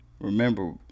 remember